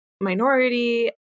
minority